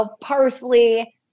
parsley